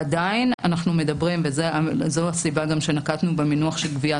עדיין אנחנו מדברים וזו הסיבה שנקטנו במינוח של גביית